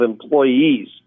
employees